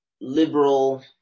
liberal